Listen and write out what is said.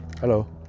Hello